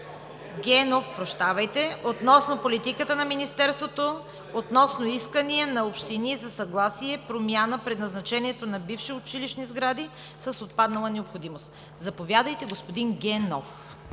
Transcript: Генов относно политиката на Министерството относно искания на общини за съгласие промяна предназначението на бивши училищни сгради с отпаднала необходимост. Заповядайте, господин Генов.